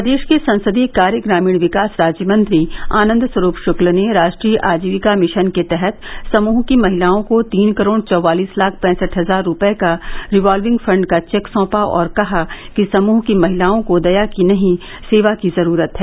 प्रदेश के संसदीय कार्य ग्रामीण विकास राज्य मंत्री आनन्द स्वरूप शक्ल ने राष्ट्रीय आजीविका मिशन के तहत समृह की महिलाओं को तीन करोड़ चौवालिस लाख पैसठ हजार रूपये का रिवालविंग फण्ड का चेक सौंपा और कहा कि समूह की महिलाओं को दया की नही सेवा की जरूरत है